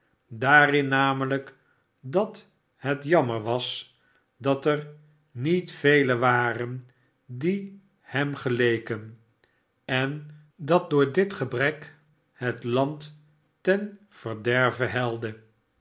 daarm nameliik dat het jammer was dat er niet velen waren die hem geleken en dat door dit gebrek het land ten verderve helde